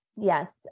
yes